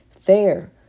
fair